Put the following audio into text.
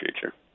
future